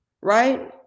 right